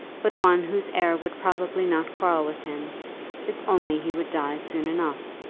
but one whose heir would probably not quarrel with him if only he would die soon enough.